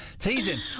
Teasing